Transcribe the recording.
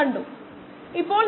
26 1 0